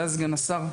ואז סגן השר,